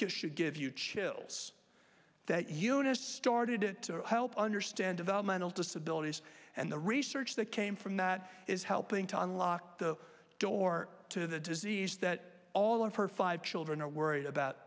good should give you chills that eunice started it to help understand developmental disabilities and the research that came from that is helping to unlock the door to the disease that all of her five children are worried about